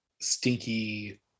stinky